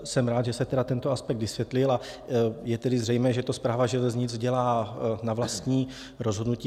Jsem rád, že se tento aspekt vysvětlil, a je tedy zřejmé, že to Správa železnic dělá na vlastní rozhodnutí.